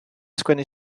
sgwennu